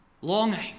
longing